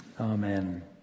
Amen